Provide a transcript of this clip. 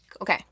Okay